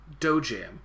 Dojam